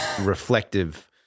reflective